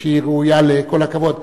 היא ראויה לכל הכבוד,